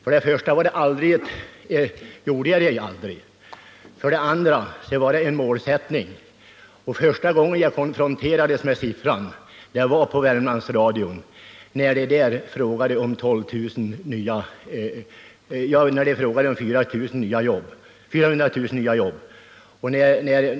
För det första gjorde jag det aldrig, för det andra var det en målsättning. Första gången jag konfronterades med siffran var på Värmlandsradion, där de frågade om 400 000 nya jobb för Sverige.